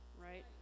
Right